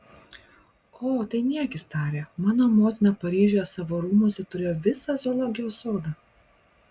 o tai niekis tarė mano motina paryžiuje savo rūmuose turėjo visą zoologijos sodą